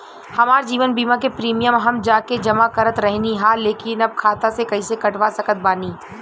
हमार जीवन बीमा के प्रीमीयम हम जा के जमा करत रहनी ह लेकिन अब खाता से कइसे कटवा सकत बानी?